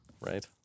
right